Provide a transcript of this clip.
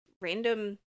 random